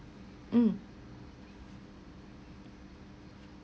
mm